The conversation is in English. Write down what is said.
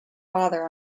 father